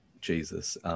Jesus